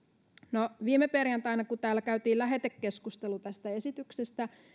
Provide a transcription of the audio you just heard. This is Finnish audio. viime perjantaina kun täällä käytiin lähetekeskustelu tästä esityksestä